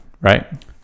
Right